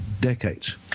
decades